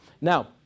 Now